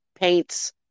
paints